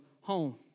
home